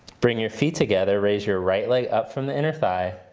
bring your feet together, raise your right leg up from the inner thigh.